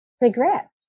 regret